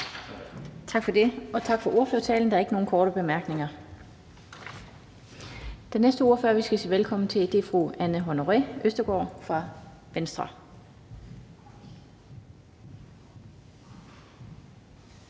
Tak for det. Tak for ordførertalen. Der er ikke nogen korte bemærkninger. Den næste ordfører, vi skal sige velkommen til, er fru Anne Honoré Østergaard fra Venstre.